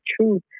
truth